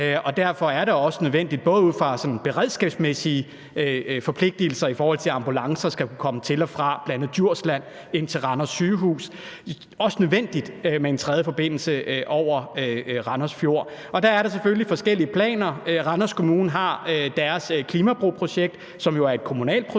Derfor er det nødvendigt – også på grund af beredskabsmæssige forpligtigelser, for ambulancer skal kunne komme til og fra bl.a. Djursland og ind til Regionshospitalet Randers – med en tredje forbindelse over Randers Fjord. Der er der selvfølgelig forskellige planer. Randers Kommune har deres klimabroprojekt, som jo er et kommunalt projekt,